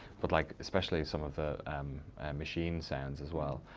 but like especially some of the machine sounds as well.